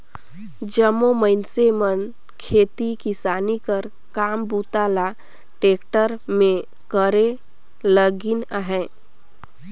जम्मो मइनसे मन खेती किसानी कर काम बूता ल टेक्टर मे करे लगिन अहे